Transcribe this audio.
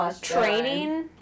training